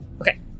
Okay